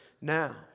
now